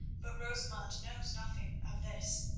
but rosamund knows nothing of this,